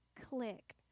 click